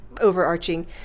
overarching